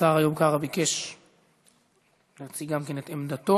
השר איוב קרא, להציג גם כן את עמדתו.